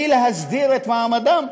והיא להסדיר את מעמדם.